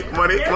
money